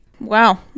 wow